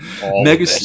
mega